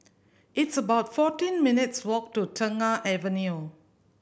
it's about fourteen minutes' walk to Tengah Avenue